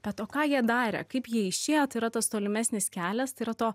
bet o ką jie darė kaip jie išėjo tai yra tas tolimesnis kelias tai yra to